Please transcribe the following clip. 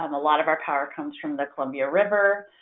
um a lot of our power comes from the columbia river.